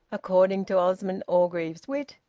according to osmond orgreave's wit,